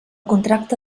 contracte